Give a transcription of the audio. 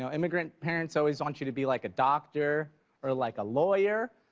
so immigrant parents always want you to be like a doctor or like a lawyer.